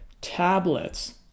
tablets